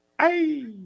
Hey